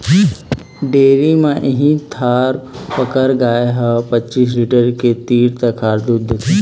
dairy म इहीं थारपकर गाय ह पचीस लीटर के तीर तखार दूद देथे